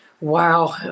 Wow